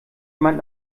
jemand